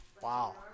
Wow